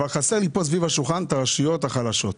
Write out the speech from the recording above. אבל חסרות לי סביב השולחן הרשויות החלשות.